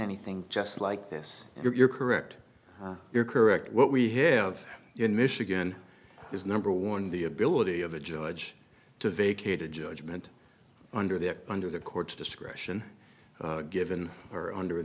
anything just like this you're correct you're correct what we hear of in michigan is number one the ability of a judge to vacate a judgment under that under the court's discretion given or under